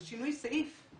זה שינוי סעיף.